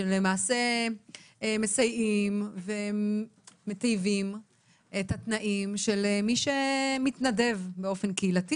שלמעשה מסייעים ומטיבים את התנאים של מי שמתנדב באופן קהילתי.